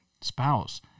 spouse